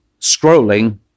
scrolling